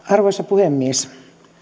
arvoisa puhemies